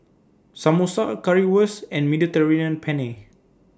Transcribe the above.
Samosa Currywurst and Mediterranean Penne